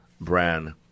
brand